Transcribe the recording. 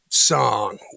song